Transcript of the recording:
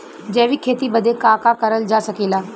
जैविक खेती बदे का का करल जा सकेला?